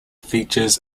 features